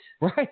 Right